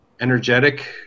energetic